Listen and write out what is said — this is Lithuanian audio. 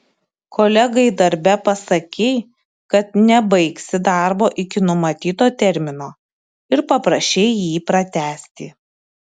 kolegai darbe pasakei kad nebaigsi darbo iki numatyto termino ir paprašei jį pratęsti